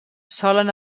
solen